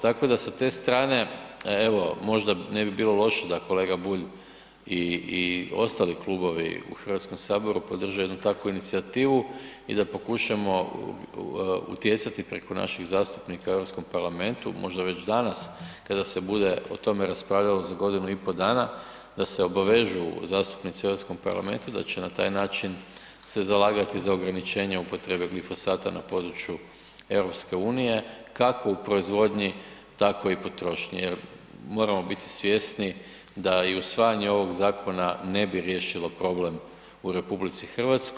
Tako da sa te strane evo možda ne bi bilo loše da kolega Bulj i, i ostali klubovi u HS podrže jednu takvu inicijativu i da pokušamo utjecati preko naših zastupnika u Europskom parlamentu možda već danas kada se bude o tome raspravljamo za godinu i po dana da se obavežu zastupnici u hrvatskom parlamentu da će na taj način se zalagati za ograničenje upotrebe glifosata na području EU, kako u proizvodnji tako i u potrošnji jer moramo biti svjesni da i usvajanje ovog zakona ne bi riješilo problem u RH.